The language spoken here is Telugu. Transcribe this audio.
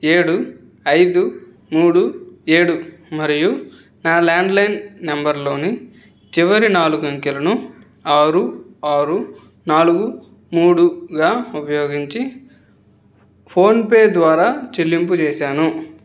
ఏడు ఐదు మూడు ఏడు మరియు నా ల్యాండ్లైన్ నెంబర్లోని చివరి నాలుగు అంకెలను ఆరు ఆరు నాలుగు మూడుగా ఉపయోగించి ఫోన్పే ద్వారా చెల్లింపు చేసాను